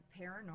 paranormal